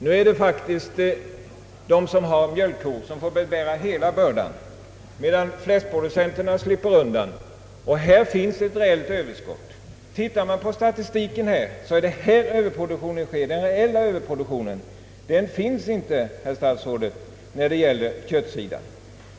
Nu är det faktiskt de jordbrukare som har mjölkkor som får bära hela bördan, medan fläskproducenterna slipper undan. Enligt statistiken finns här ett reellt överskott. Den reella överproduktionen finns inte, herr statsråd, på köttsidan.